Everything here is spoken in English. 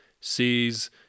sees